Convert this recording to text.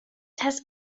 has